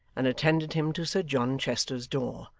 and attended him to sir john chester's door,